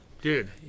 Dude